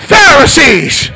Pharisees